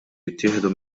jittieħdu